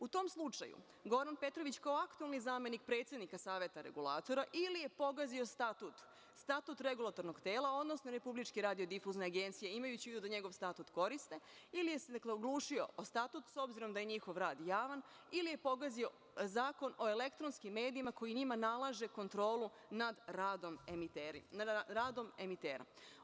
U tom slučaju, Goran Petrović, kao aktuelni zamenik predsednika Saveta regulatora, ili je pogazio statut Regulatornog tela, odnosno Republičke radiodifuzne agencije, imajući u vidu da njegov statut koriste, ili se oglušio o statut s obzirom da je njihov rad javan, ili je pogazio Zakon o elektronskim medijima koji njima nalaže kontrolu nad radom emitera.